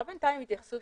אפשר בינתיים התייחסות